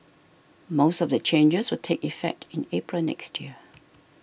most of the changes will take effect in April next year